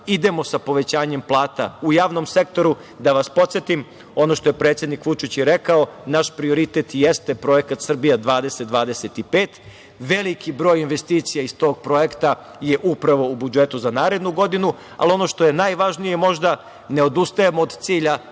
idemo sa povećanjem plata u javnom sektoru. Da vas podsetim, ono što je predsednik Vučić rekao, naš prioritet jeste projekat „Srbija 2025“. Veliki broj investicija iz tog projekta je upravo u budžetu za narednu godinu, ali ono što je najvažnije možda, ne odustajemo od cilja